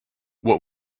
what